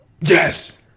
Yes